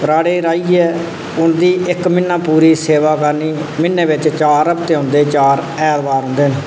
राह्ड़े राहियै उंदी इक म्हीना पूरी सेवा करनी म्हीने बिच चार हफ्ते औंदे चार ऐतबार उं'दे न